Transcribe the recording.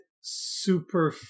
super